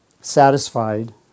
satisfied